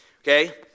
Okay